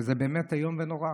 וזה באמת איום ונורא.